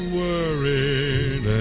worried